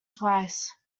twice